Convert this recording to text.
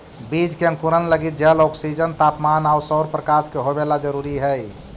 बीज के अंकुरण लगी जल, ऑक्सीजन, तापमान आउ सौरप्रकाश के होवेला जरूरी हइ